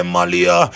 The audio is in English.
Malia